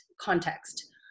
context